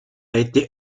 été